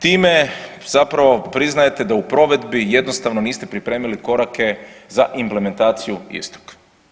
Time zapravo priznajete da u provedbi jednostavno niste pripremili korake za implementaciju istog.